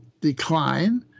decline